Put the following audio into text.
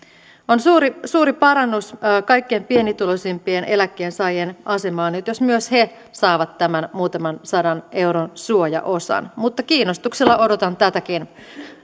on suuri suuri parannus kaikkein pienituloisimpien eläkkeensaajien asemaan jos myös he saavat tämän muutaman sadan euron suojaosan mutta kiinnostuksella odotan tätäkin